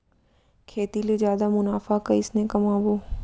खेती ले जादा मुनाफा कइसने कमाबो?